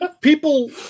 People